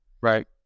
Right